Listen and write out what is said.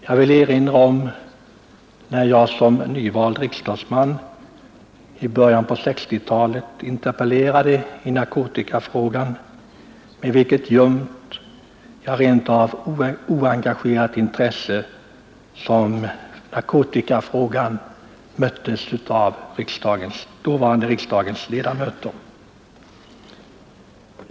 Jag vill erinra om hur oengagerat och med vilket ljumt intresse narkotikafrågan möttes i början av 1960-talet av de dåvarande riksdagsledamöterna när jag som nyvald riksdagsman interpellerade i frågan.